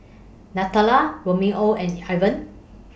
Nathalia Romeo and Evan